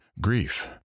grief